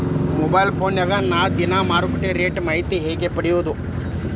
Mobile ಫೋನ್ಯಾಗ ನಾವ್ ದಿನಾ ಮಾರುಕಟ್ಟೆ ರೇಟ್ ಮಾಹಿತಿನ ಹೆಂಗ್ ಪಡಿಬೋದು?